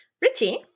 Richie